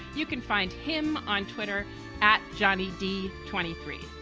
you can find him on twitter at johnny d. twenty three.